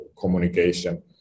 communication